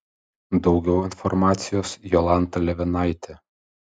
daugiau informacijos jolanta levinaitė